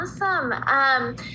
Awesome